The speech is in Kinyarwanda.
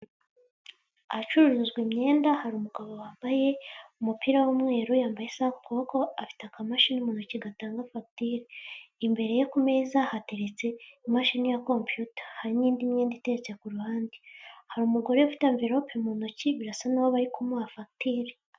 Ahacuruzwa imyenda hari umugabo wambaye umupira w'umweru, yambaye isaha ku kuboko, afite akamashini mu ntoki gatanga fagiture, imbere ye ku meza hateretse imashini ya kompiyuta, hari n'indi myenda itetse ku ruhande, hari umugore ufite emvelope mu ntoki birasa nk'aho bari kumuha fagitire.